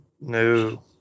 No